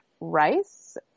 Rice